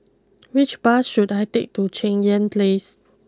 which bus should I take to Cheng Yan place